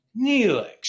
Neelix